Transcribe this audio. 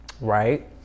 Right